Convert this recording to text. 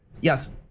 Yes